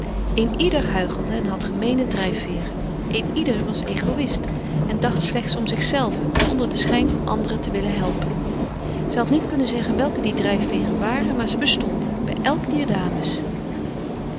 een ieder huichelde en had geheime drijfveeren een ieder was egoïst en dacht slechts om zichzelve onder den schijn van anderen te willen helpen zij had niet kunnen zeggen welke die drijfveeren waren maar ze bestonden bij elk dier dames